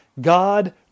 God